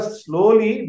slowly